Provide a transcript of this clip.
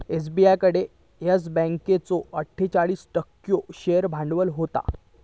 SBI कडे yes बँकेचो अट्ठोचाळीस टक्को शेअर भांडवल होता